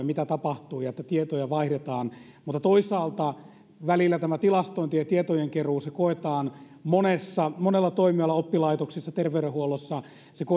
mitä tapahtuu ja että tietoja vaihdetaan mutta toisaalta välillä tämä tilastointi ja tietojenkeruu koetaan monella toimialalla oppilaitoksissa ja terveydenhuollossa